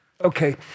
okay